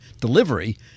delivery